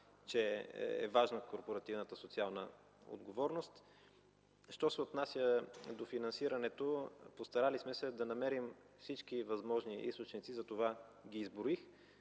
че е важна корпоративната социална отговорност. Що се отнася до финансирането, постарали сме се да намерим всички възможни източници, затова ги изброих,